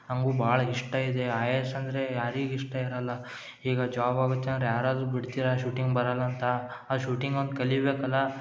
ನನಗೂ ಭಾಳ ಇಷ್ಟ ಇದೆ ಐ ಎ ಎಸ್ ಅಂದರೆ ಯಾರಿಗೆ ಇಷ್ಟ ಇರಲ್ಲ ಈಗ ಜಾಬ್ ಆಗುತ್ತೆ ಅಂದರೆ ಯಾರಾದರು ಬಿಡ್ತೀರಾ ಶೂಟಿಂಗ್ ಬರಲ್ಲ ಅಂತ ಆ ಶೂಟಿಂಗ್ ಒಂದು ಕಲೀಬೇಕಲ್ಲ